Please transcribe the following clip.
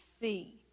see